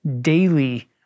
daily